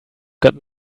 got